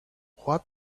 what